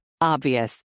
Obvious